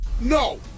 No